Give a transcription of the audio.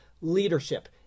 leadership